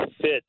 fit